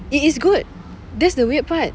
it is good that's the weird part